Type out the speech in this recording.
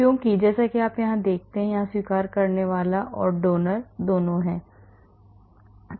क्योंकि जैसा कि आप देख सकते हैं यहां स्वीकार करने वाले और दाता हैं